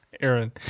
Aaron